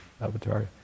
Avatar